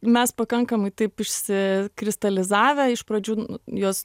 mes pakankamai taip išsikristalizavę iš pradžių jos